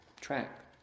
track